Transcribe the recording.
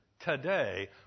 today